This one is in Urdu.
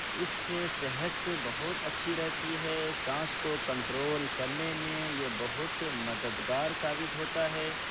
اس سے صحت بہت اچھی رہتی ہے سانس کو کنٹرول کرنے میں یہ بہت مددگار ثابت ہوتا ہے